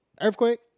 Earthquake